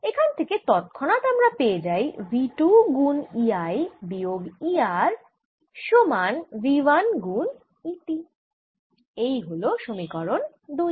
এখান থেকে তৎক্ষণাৎ আমরা পেয়ে যাই v 2 গুন E I বিয়োগ E R সমান v 1 গুন E T এই হল সমীকরণ দুই